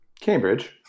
Cambridge